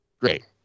Great